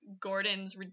Gordon's